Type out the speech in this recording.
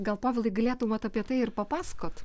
gal povilai galėtum vat apie tai ir papasakot